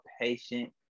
patient